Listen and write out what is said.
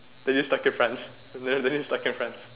then you stuck in France then then you stuck in France